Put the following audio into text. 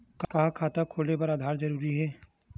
का खाता खोले बर आधार जरूरी हे?